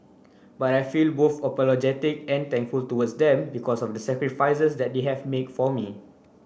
but I feel both apologetic and thankful towards them because of the sacrifices that they have make for me